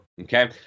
okay